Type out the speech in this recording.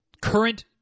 current